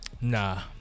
Nah